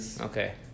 Okay